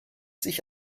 sich